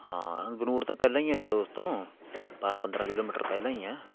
ਹਾਂ ਬਨੂੜ ਤੋਂ ਪਹਿਲਾਂ ਹੀ ਆ ਚਲੋ ਉਸ ਤੋਂ ਬਾਰਾਂ ਪੰਦਰਾਂ ਕਿਲੋਮੀਟਰ ਪਹਿਲਾਂ ਹੀ ਆ